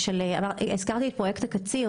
הזכרתי את פרויקט הקציר